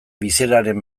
bizieraren